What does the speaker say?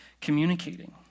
communicating